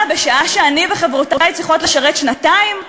בשעה שאני וחברותי צריכות לשרת שנתיים?